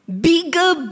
bigger